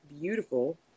beautiful